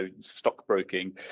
stockbroking